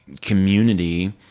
community